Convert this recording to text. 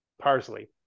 parsley